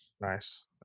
Nice